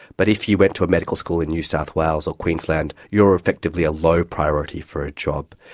but if you went to a medical school in new south wales or queensland, you are effectively a low priority for a job,